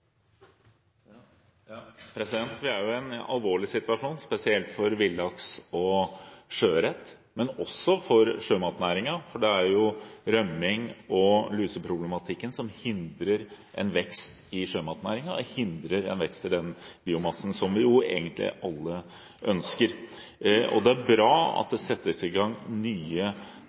er jo en alvorlig situasjon spesielt for villaks og sjøørret, men også for sjømatnæringen, for det er rømming og luseproblematikken som hindrer en vekst i sjømatnæringen og en vekst i den biomassen som vi jo egentlig alle ønsker. Det er bra at det settes i gang nye